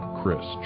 Chris